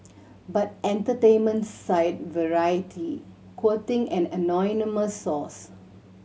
but entertainment site variety quoting an anonymous source